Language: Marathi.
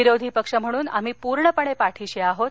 विरोधी पक्ष म्हणून आम्ही पूर्णपणे पाठीशी आहोत